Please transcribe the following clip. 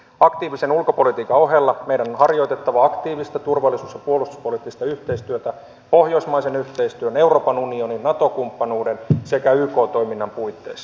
aktiivisen ulkopolitiikan ohella meidän on harjoitettava aktiivista turvallisuus ja puolustuspoliittista yhteistyötä pohjoismaisen yhteistyön euroopan unionin nato kumppanuuden sekä yk toiminnan puitteissa